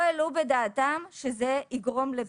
-- שזה יגרום לפגיעה.